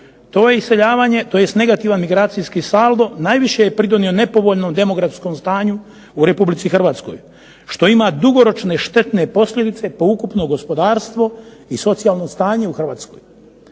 To iseljavanje tj. negativan migracijski saldo najviše je pridonio nepovoljnom demografskom stanju u Republici Hrvatskoj što ima dugoročne štetne posljedice po ukupno gospodarstvo i socijalno stanje u Hrvatskoj.